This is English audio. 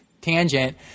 tangent